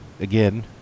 Again